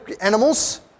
animals